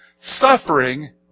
suffering